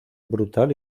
brutal